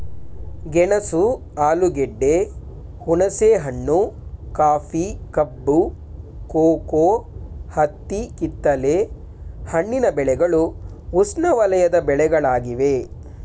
ಗೆಣಸು ಆಲೂಗೆಡ್ಡೆ, ಹುಣಸೆಹಣ್ಣು, ಕಾಫಿ, ಕಬ್ಬು, ಕೋಕೋ, ಹತ್ತಿ ಕಿತ್ತಲೆ ಹಣ್ಣಿನ ಬೆಳೆಗಳು ಉಷ್ಣವಲಯದ ಬೆಳೆಗಳಾಗಿವೆ